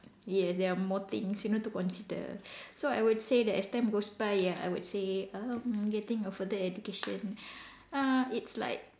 yes there are more things you know to consider so I would say that as time goes by ya I would say um getting a further education uh it's like